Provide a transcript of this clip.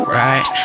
right